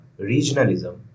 regionalism